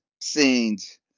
scenes